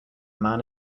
man